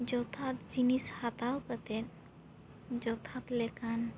ᱡᱚᱛᱷᱟᱛ ᱡᱤᱱᱤᱥ ᱦᱟᱛᱟᱣ ᱠᱟᱛᱮ ᱡᱚᱛᱷᱟᱛ ᱞᱮᱠᱟᱱ